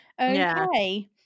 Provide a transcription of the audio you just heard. okay